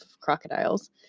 crocodiles